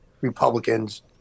Republicans